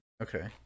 okay